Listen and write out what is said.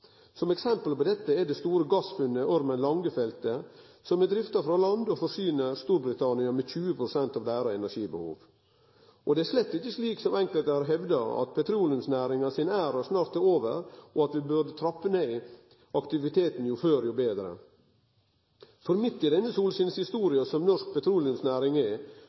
eksempel på dette er det store gassfunnet på Ormen Lange-feltet, som er drifta frå land og forsyner Storbritannia med 20 pst. av energibehovet deira. Det er slett ikkje slik som enkelte har hevda, at petroleumsnæringa sin æra snart er over, og at vi burde trappe ned aktiviteten jo før, jo betre. For midt i denne solskinshistoria som norsk